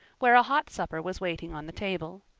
where a hot supper was waiting on the table.